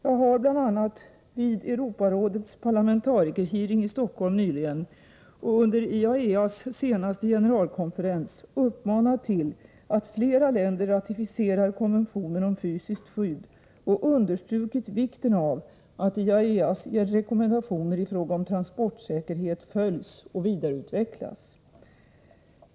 Jag har bl.a. vid Europarådets parlamentarikerhearing i Stockholm nyligen och under IAEA:s senaste generalkonferens uppmanat till att flera länder ratificerar konventionen om fysiskt skydd och understrukit vikten av att IAEA:s rekommendationer i fråga om transportsäkerhet följs och vidareutvecklas.